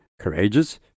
Courageous